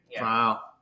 Wow